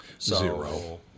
Zero